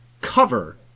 cover